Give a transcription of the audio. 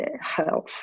health